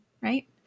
right